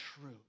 true